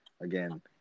Again